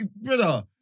brother